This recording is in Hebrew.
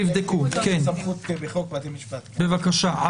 כבר ביקשתי